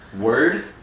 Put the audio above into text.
word